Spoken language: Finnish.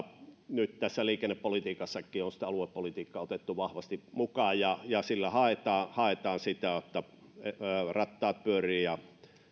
nyt liikennepolitiikassakin on aluepolitiikkaa otettu vahvasti mukaan ja ja sillä haetaan haetaan sitä että rattaat pyörivät ja